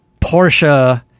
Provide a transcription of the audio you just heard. Porsche